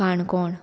Canacona